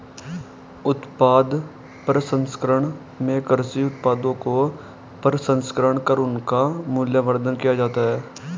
उत्पाद प्रसंस्करण में कृषि उत्पादों का प्रसंस्करण कर उनका मूल्यवर्धन किया जाता है